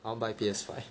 I wanna buy P_S five